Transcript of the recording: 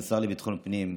חברת הכנסת עאידה תומא סלימאן,